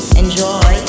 enjoy